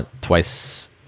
twice